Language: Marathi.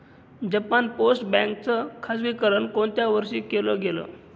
जपान पोस्ट बँक च खाजगीकरण कोणत्या वर्षी केलं गेलं?